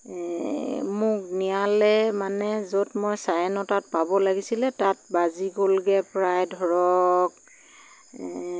মোক নিয়ালৈ মানে যত মই চাৰে নটাত পাব লাগিছিলে তাত বাজি গ'লগৈ প্ৰায় ধৰক